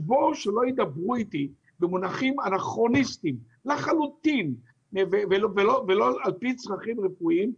שלא ידברו איתי במונחים אנכרוניסטיים לחלוטין ולא על פי צרכים רפואיים.